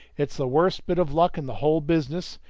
it's the worst bit of luck in the whole business,